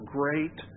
great